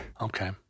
Okay